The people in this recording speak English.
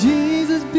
Jesus